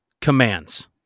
commands